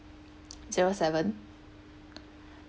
zero seven